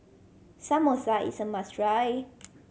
samosa is a must try